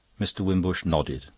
mr. wimbush nodded.